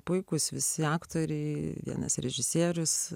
puikūs visi aktoriai vienas režisierius